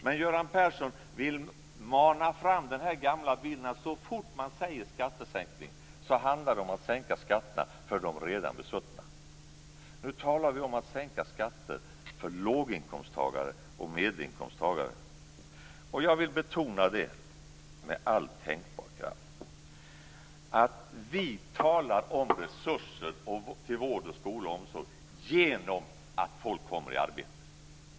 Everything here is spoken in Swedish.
Men Göran Persson vill mana fram den gamla bilden att det handlar om att sänka skatterna för de redan besuttna så fort man talar om skattesänkningar. Nu talar vi om att sänka skatter för låginkomsttagare och medelinkomsttagare. Jag vill med all tänkbar kraft betona att vi talar om att skapa resurser till vård, skola och omsorg genom att folk kommer i arbete.